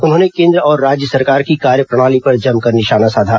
उन्होंने केंद्र और राज्य सरकार की कार्यप्रणाली पर जमकर निशाना साधा